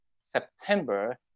September